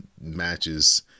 matches